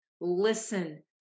Listen